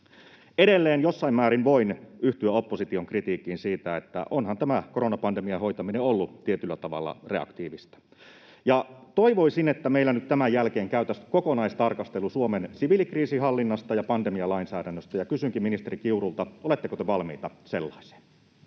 Edelleen jossain määrin voin yhtyä opposition kritiikkiin siitä, että onhan tämä koronapandemian hoitaminen ollut tietyllä tavalla reaktiivista. Toivoisin, että meillä nyt tämän jälkeen käytäisiin kokonaistarkastelu Suomen siviilikriisinhallinnasta ja pandemialainsäädännöstä. Ja kysynkin ministeri Kiurulta: oletteko te valmiita sellaiseen?